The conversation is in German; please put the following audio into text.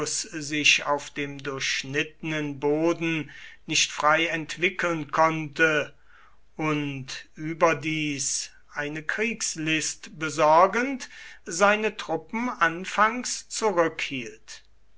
sich auf dem durchschnittenen boden nicht frei entwickeln konnte und überdies eine kriegslist besorgend seine truppen anfangs